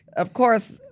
of course,